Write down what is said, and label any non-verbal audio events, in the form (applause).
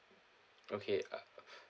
okay uh (breath)